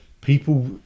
people